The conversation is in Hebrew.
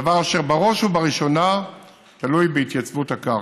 דבר אשר בראש ובראשונה תלוי בהתייצבות הקרקע.